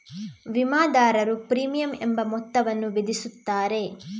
ವಿಮಾದಾರರು ಪ್ರೀಮಿಯಂ ಎಂಬ ಮೊತ್ತವನ್ನು ವಿಧಿಸುತ್ತಾರೆ